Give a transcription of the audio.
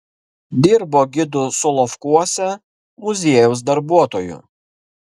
dirbo gidu solovkuose muziejaus darbuotoju